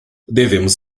devemos